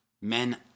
men